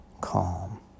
calm